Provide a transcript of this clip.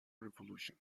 revolution